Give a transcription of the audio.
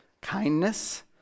kindness